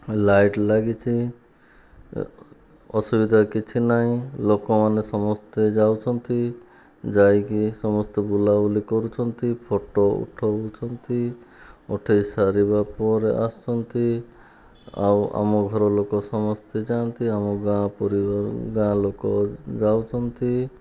light ଲାଗିଛି ଅସୁବିଧା କିଛି ନାହିଁ ଲୋକମାନେ ସମସ୍ତେ ଯାଉଛନ୍ତି ଯାଇକି ସମସ୍ତେ ବୁଲାବୁଲି କରୁଛନ୍ତି ଫଟୋ ଉଠାଉଛନ୍ତି ଉଠାଇସାରିବା ପରେ ଆସୁଛନ୍ତି ଆଉ ଆମ ଘର ଲୋକ ସମସ୍ତେ ଯାଆନ୍ତି ଆମ ଗାଁ ର ଗାଁ ଲୋକ ଯାଉଛନ୍ତି